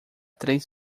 três